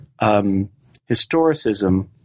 historicism